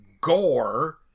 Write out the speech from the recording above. gore